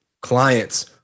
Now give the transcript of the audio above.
clients